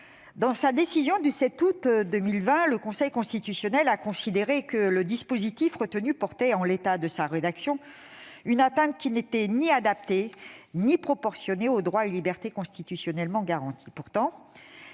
Dans sa décision du 7 août 2020, le Conseil constitutionnel a considéré que le dispositif retenu portait, en l'état de sa rédaction, une attaque qui n'était ni adaptée ni proportionnée aux droits et libertés constitutionnellement garantis.